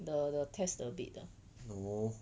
the the test the bed 的